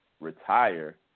Retire